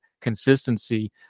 consistency